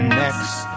next